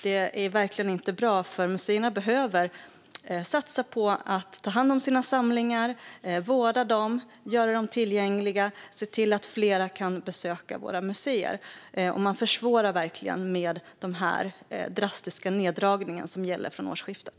Det är verkligen inte bra, för museerna behöver satsa på att ta hand om sina samlingar, vårda dem, göra dem tillgängliga och se till att fler kan besöka våra museer. Man försvårar verkligen med den drastiska neddragning som gäller från årsskiftet.